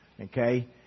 Okay